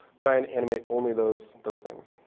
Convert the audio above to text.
try and animate only those those things.